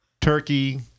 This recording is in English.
Turkey